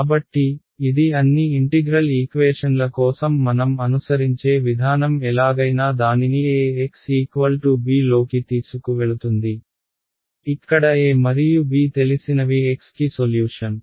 కాబట్టి ఇది అన్ని ఇంటిగ్రల్ ఈక్వేషన్ల కోసం మనం అనుసరించే విధానం ఎలాగైనా దానిని Ax b లోకి తీసుకువెళుతుంది ఇక్కడ A మరియు b తెలిసినవి x కి సొల్యూషన్